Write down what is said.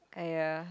!aiya!